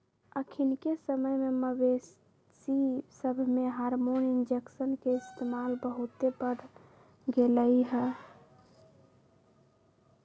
अखनिके समय में मवेशिय सभमें हार्मोन इंजेक्शन के इस्तेमाल बहुते बढ़ गेलइ ह